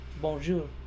Bonjour